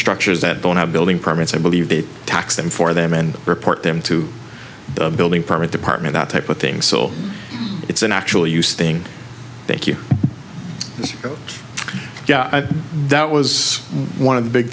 partially that don't have building permits i believe that tax them for them and report them to the building permit department that type of thing so it's an actual use thing thank you yeah that was one of the big